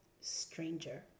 stranger